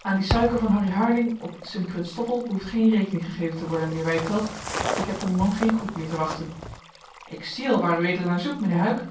aan die suiker van harry harding op sint christoffel behoeft geen rekening gegeven te worden mijnheer wijdveld ik heb van dien man geen goed meer te wachten ik zie al waar ued naar zoekt mijnheer huyck